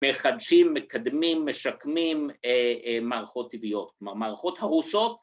‫מחדשים, מקדמים, משקמים מערכות טבעיות, ‫כלומר, מערכות הרוסות...